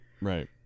Right